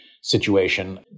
situation